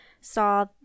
saw